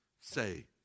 say